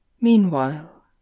Meanwhile